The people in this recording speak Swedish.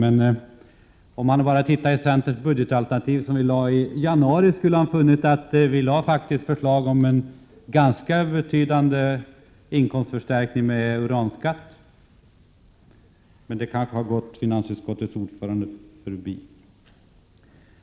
Men om han läst det budgetalternativ vi lade fram i januari skulle han ha funnit förslag om en ganska betydande inkomstförstärkning genom en uranskatt. Detta har tydligen gått finansutskottets ordförande förbi.